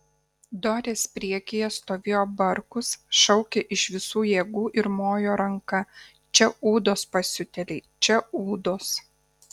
dorės priekyje stovėjo barkus šaukė iš visų jėgų ir mojo ranka čia ūdos pasiutėliai čia ūdos